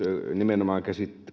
nimenomaan